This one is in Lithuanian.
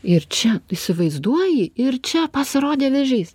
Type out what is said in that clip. ir čia įsivaizduoji ir čia pasirodė vėžys